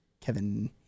Kevin